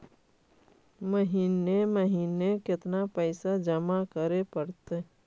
महिने महिने केतना पैसा जमा करे पड़तै?